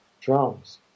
drums